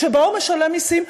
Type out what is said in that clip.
שבה הוא משלם מסים.